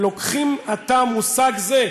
"לוקחים עתה מושג זה,